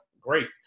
Great